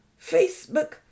Facebook